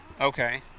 Okay